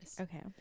Okay